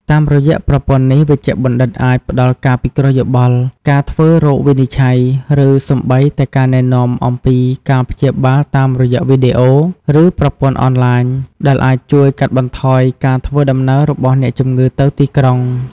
តាមរយៈប្រព័ន្ធនេះ វេជ្ជបណ្ឌិតអាចផ្តល់ការពិគ្រោះយោបល់ ការធ្វើរោគវិនិច្ឆ័យ ឬសូម្បីតែការណែនាំអំពីការព្យាបាលតាមរយៈវីដេអូ ឬប្រព័ន្ធអនឡាញ ដែលអាចជួយកាត់បន្ថយការធ្វើដំណើររបស់អ្នកជំងឺទៅទីក្រុង។